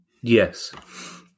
Yes